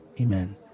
Amen